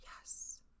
Yes